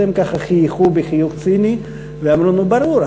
אז הם ככה חייכו חיוך ציני ואמרו: נו ברור,